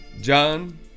John